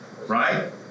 right